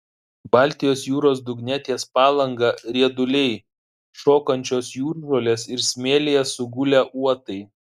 baltijos jūros dugne ties palanga rieduliai šokančios jūržolės ir smėlyje sugulę uotai